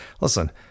listen